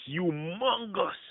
humongous